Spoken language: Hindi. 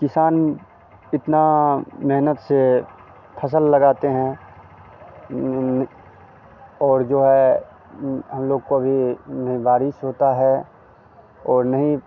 किसान इतना मेहनत से फसल लगाते हैं और जो है हम लोग को भी ना ही बारिश होता है और ना ही